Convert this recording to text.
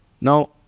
Now